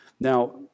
Now